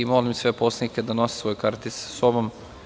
Molim sve poslanike da nose svoje kartice sa sobom.